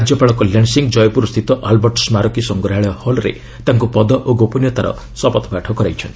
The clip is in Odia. ରାଜ୍ୟପାଳ କଲ୍ୟାଣ ସିଂ ଜୟପୁରସ୍ଥିତ ଆଲ୍ବର୍ଟ ସ୍ମାରକୀ ସଂଗ୍ରହାଳୟ ହଲ୍ରେ ତାଙ୍କୁ ପଦ ଓ ଗୋପନୀୟତାର ଶପଥପାଠ କରାଇଛନ୍ତି